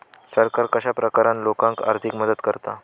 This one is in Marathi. सरकार कश्या प्रकारान लोकांक आर्थिक मदत करता?